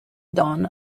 dawn